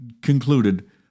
concluded